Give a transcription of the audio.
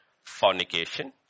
Fornication